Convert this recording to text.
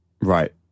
right